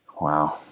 Wow